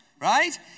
right